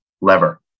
lever